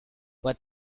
let